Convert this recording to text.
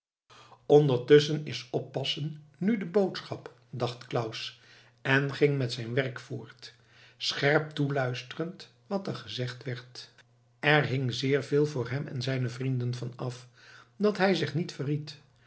ondertusschen is oppassen nu de boodschap dacht claus en ging met zijn werk voort scherp toeluisterend wat er gezegd werd er hing zeer veel voor hem en zijne vrienden van af dat hij zich niet verried